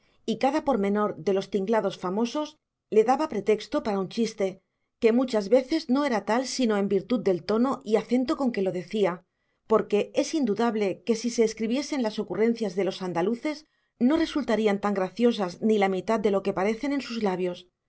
y cada pormenor de los tinglados famosos le daba pretexto para un chiste que muchas veces no era tal sino en virtud del tono y acento con que lo decía porque es indudable que si se escribiesen las ocurrencias de los andaluces no resultarían tan graciosas ni la mitad de lo que parecen en sus labios